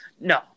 No